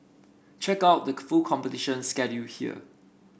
check out the full competition schedule here